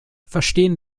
verstehen